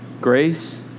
Grace